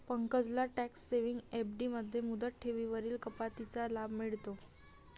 पंकजला tax saving FD मध्ये मुदत ठेवींवरील कपातीचा लाभ मिळतो